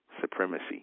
supremacy